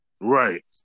right